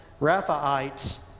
Raphaites